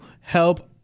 help